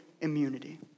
immunity